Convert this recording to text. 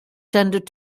tended